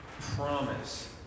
promise